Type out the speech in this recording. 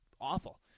awful